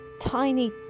tiny